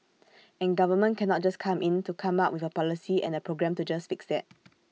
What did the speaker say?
and government cannot just come in to come up with A policy and A program to just fix that